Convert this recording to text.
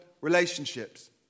relationships